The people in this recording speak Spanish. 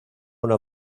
una